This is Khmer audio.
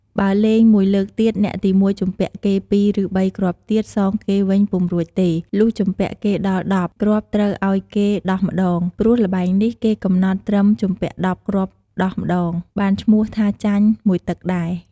បើលេង ១ លើកទៀត អ្នកទី១ ជំពាក់គេ ២ ឬ ៣ គ្រាប់ទៀត សងគេវិញពុំរួចទេ លុះជំពាក់គេដល់១០ គ្រាប់ត្រូវឲ្យគេដោះម្ដង ព្រោះល្បែងនេះគេកំណត់ត្រឹមជំពាក់ ១០ គ្រាប់ដោះម្តង បានឈ្មោះថាចាញ់ ១ ទឹកដែរ។